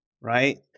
right